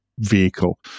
vehicle